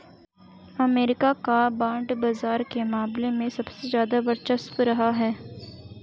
अमरीका का बांड बाजार के मामले में सबसे ज्यादा वर्चस्व रहा है